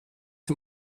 dem